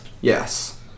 Yes